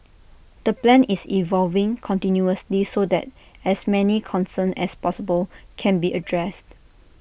the plan is evolving continuously so that as many concerns as possible can be addressed